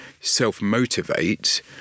self-motivate